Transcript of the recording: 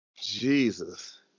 Jesus